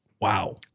Wow